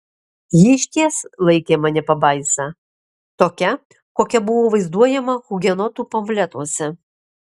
ji išties laikė mane pabaisa tokia kokia buvau vaizduojama hugenotų pamfletuose